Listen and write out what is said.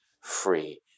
free